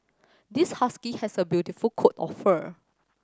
this husky has a beautiful coat of fur